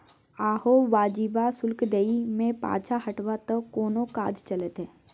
अहाँ वाजिबो शुल्क दै मे पाँछा हटब त कोना काज चलतै